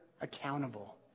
accountable